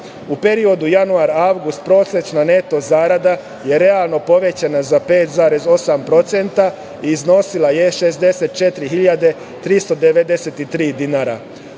periodu januar-avgust prosečna neto zarada je realno povećana za 5,8% i iznosila je 64.393 dinara.